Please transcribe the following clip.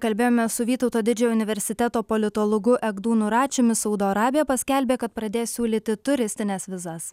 kalbėjome su vytauto didžiojo universiteto politologu egdūnu račiumi saudo arabija paskelbė kad pradės siūlyti turistines vizas